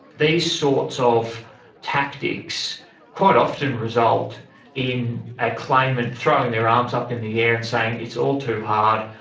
these sorts of tactics quite often result in a claimant throwing their arms up in the air and saying it's all too hard,